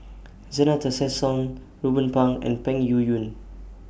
Zena Tessensohn Ruben Pang and Peng Yuyun